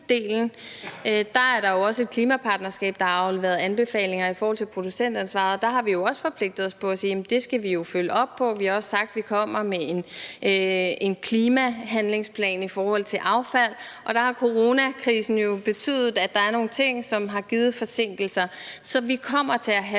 er der jo også et klimapartnerskab, der har afleveret anbefalinger i forhold til producentansvaret, og der har vi jo også forpligtet os ved at sige, at det skal vi følge op på. Vi har også sagt, at vi kommer med en klimahandlingsplan forhold til affald, og der har coronakrisen jo betydet, at der er nogle ting, som har givet forsinkelser. Så vi kommer til at have